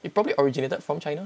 it probably originated from china